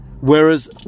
Whereas